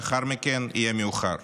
לאחר מכן יהיה מאוחר.